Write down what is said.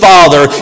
Father